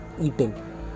eating